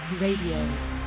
Radio